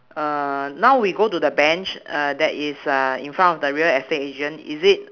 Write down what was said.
err now we go to the bench that is uh in front of the real estate agent is it